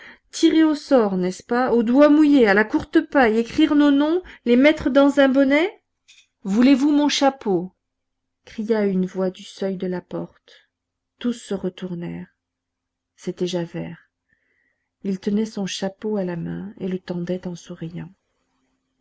tirer au sort n'est-ce pas au doigt mouillé à la courte paille écrire nos noms les mettre dans un bonnet voulez-vous mon chapeau cria une voix du seuil de la porte tous se retournèrent c'était javert il tenait son chapeau à la main et le tendait en souriant